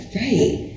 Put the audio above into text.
right